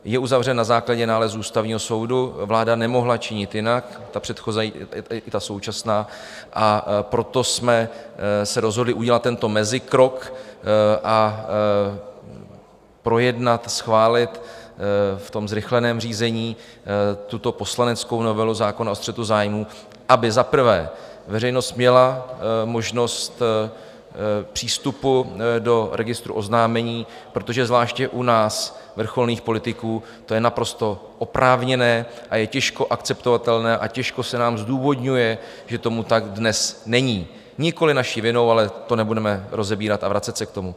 Je uzavřen na základě nálezu Ústavního soudu, vláda nemohla činit jinak, ta předchozí i současná, a proto jsme se rozhodli udělat tento mezikrok a projednat, schválit v zrychleném řízení tuto poslaneckou novelu zákona o střetu zájmů, aby za prvé veřejnost měla možnost přístupu do registru oznámení, protože zvláště u nás, vrcholných politiků, to je naprosto oprávněné a je těžko akceptovatelné a těžko se nám zdůvodňuje, že tomu tak dnes není nikoliv naší vinou, ale to nebudeme rozebírat a vracet se k tomu.